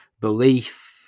belief